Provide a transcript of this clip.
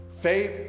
Faith